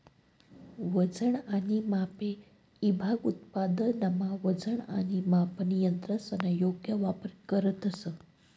वजन आणि मापे ईभाग उत्पादनमा वजन आणि मापन यंत्रसना योग्य वापर करतंस